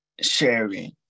sharing